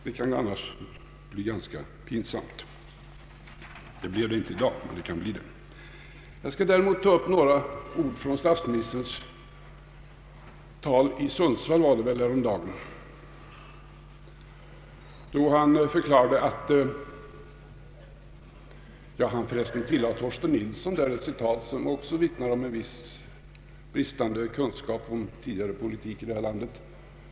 Det kan annars bli ganska pinsamt, ehuru det inte blev det i dag. Jag skall däremot ta upp några ord från statsministerns tal i Sundsvall häromdagen, då han för resten tillade Torsten Nilsson ett citat, något som vittnar om en viss bristande kunskap om tidigare politik i det här landet.